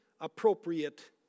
appropriate